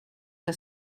que